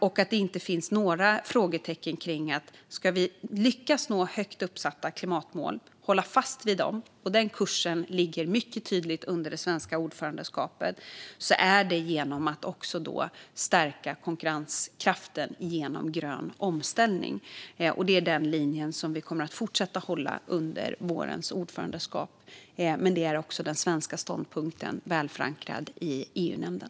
Ska vi lyckas nå våra högt satta klimatmål och hålla fast vid dem, en kurs som är mycket tydlig under det svenska ordförandeskapet, är det genom att stärka konkurrenskraften med grön omställning. Det ska inte finnas några frågetecken kring det. Detta är den linje som vi kommer att fortsätta hålla under vårens ordförandeskap, och det är också en svensk ståndpunkt som är väl förankrad i EU-nämnden.